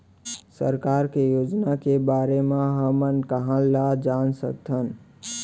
सरकार के योजना के बारे म हमन कहाँ ल जान सकथन?